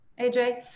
AJ